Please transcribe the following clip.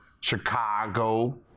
Chicago